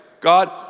God